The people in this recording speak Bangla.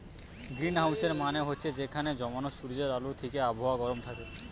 গ্রীনহাউসের মানে হচ্ছে যেখানে জমানা সূর্যের আলো থিকে আবহাওয়া গরম থাকে